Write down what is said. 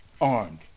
armed